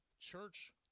church